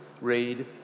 read